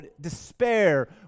Despair